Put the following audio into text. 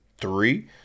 Three